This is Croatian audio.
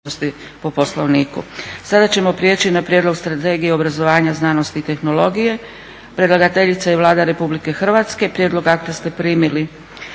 Sada ćemo prijeći na: - Prijedlog Strategije obrazovanja, znanosti i tehnologije; Predlagateljica je Vlada Republike Hrvatske. Prijedlog akta ste primili.